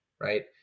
right